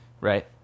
right